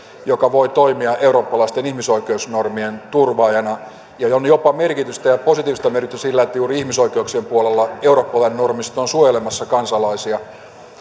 joka voi toimia eurooppalaisten ihmisoikeusnormien turvaajana ja on jopa positiivista merkitystä sillä että juuri ihmisoikeuksien puolella eurooppalainen normisto on suojelemassa kansalaisia